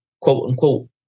quote-unquote